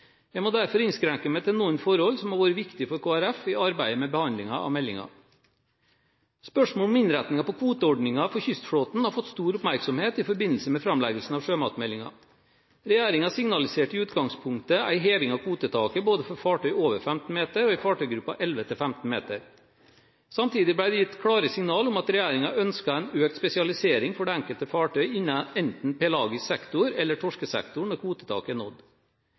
Jeg må derfor innskrenke meg til noen forhold som har vært viktige for Kristelig Folkeparti i arbeidet med behandlingen av meldingen. Spørsmålet om innretningen på kvoteordningen for kystflåten fikk stor oppmerksomhet i forbindelse med framleggelsen av sjømatmeldingen. Regjeringen signaliserte i utgangspunktet en heving av kvotetaket både for fartøy over 15 meter og for fartøygruppen 11–15 meter. Samtidig ble det gitt klare signaler om at regjeringen ønsker en økt spesialisering for det enkelte fartøy innen enten pelagisk sektor eller torskesektoren når kvotetaket er nådd.